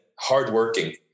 hardworking